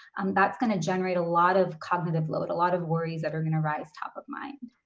that's gonna generate a lot of cognitive load, a lot of worries that are gonna rise top of mind.